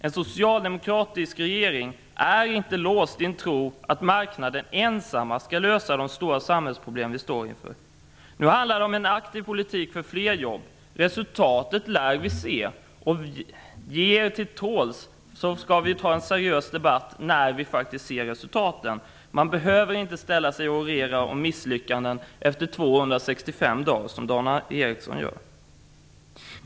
En socialdemokratisk regering är inte låst i tron att marknaden ensam skall lösa de stora samhällsproblem vi står inför. Nu handlar det om en aktiv politik för fler jobb. Resultatet lär vi få se. Ge er till tåls, så skall vi ta en seriös debatt när vi faktiskt ser resultaten. Man behöver inte ställa sig och orera om misslyckanden efter 265 dagar som Dan Ericsson gör.